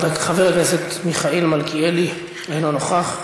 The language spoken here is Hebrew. חבר הכנסת מיכאל מלכיאלי, אינו נוכח.